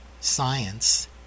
science